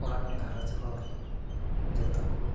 ᱚᱲᱟᱜ ᱜᱷᱟᱨᱚᱸᱡᱽ ᱦᱚᱲ ᱡᱚᱛᱚᱠᱚ